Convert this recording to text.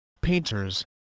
painters